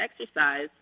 exercise